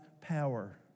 power